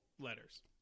letters